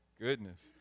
Goodness